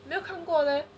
没有看过 leh